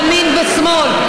ימין ושמאל,